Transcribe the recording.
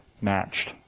matched